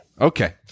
Okay